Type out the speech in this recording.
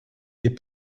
des